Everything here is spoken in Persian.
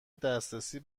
دسترسی